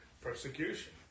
persecution